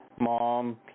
mom